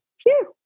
phew